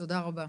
תודה רבה.